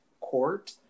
court